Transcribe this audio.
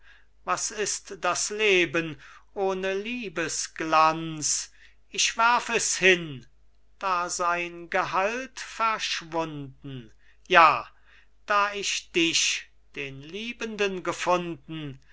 was ist das leben ohne liebesglanz ich werf es hin da sein gehalt verschwunden ja da ich dich den liebenden gefunden